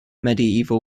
medieval